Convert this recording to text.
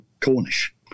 Cornish